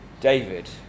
David